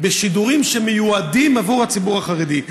בשידורים שמיועדים עבור הציבור החרדי.